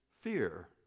fear